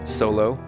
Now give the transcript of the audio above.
solo